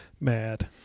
mad